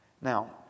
Now